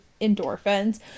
endorphins